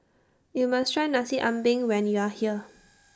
YOU must Try Nasi Ambeng when YOU Are here